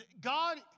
God